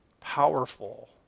powerful